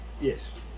yes